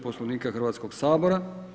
Poslovnika Hrvatskog sabora.